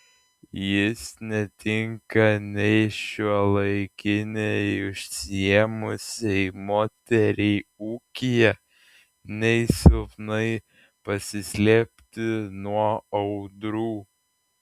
jis netinka nei šiuolaikinei užsiėmusiai moteriai ūkyje nei silpnai pasislėpti nuo audrų